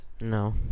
No